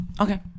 okay